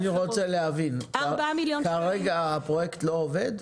אני רוצה להבין, כרגע הפרויקט לא עובד?